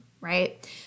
right